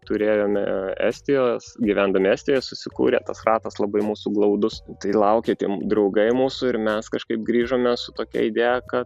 turėjome estijos gyvendami estijoje susikūrė tas ratas labai mūsų suglaudus tai laukė tie draugai mūsų ir mes kažkaip grįžome su tokia idėja kad